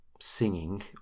singing